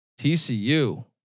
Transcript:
TCU